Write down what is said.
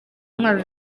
intwaro